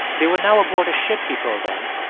they were now aboard a ship, he told them.